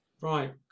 Right